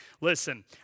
listen